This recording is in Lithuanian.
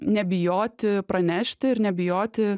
nebijoti pranešti ir nebijoti